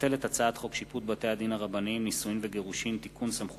הצעת חוק לתיקון פקודת